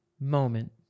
moment